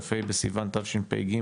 כה' בסיון תשפ"ג.